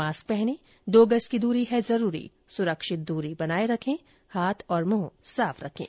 mask पहनें दो गज की दूरी है जरूरी सुरक्षित दूरी बनाए रखे हाथ और मुंह साफ रखें